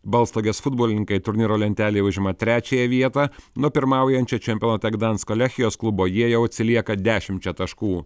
balstogės futbolininkai turnyro lentelėj užima trečiąją vietą nuo pirmaujančio čempionate gdansko lechijos klubo jie jau atsilieka dešimčia taškų